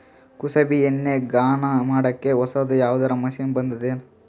ಕುಸುಬಿ ಎಣ್ಣೆ ಗಾಣಾ ಮಾಡಕ್ಕೆ ಹೊಸಾದ ಯಾವುದರ ಮಷಿನ್ ಬಂದದೆನು?